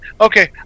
okay